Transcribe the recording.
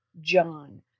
John